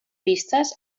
vistes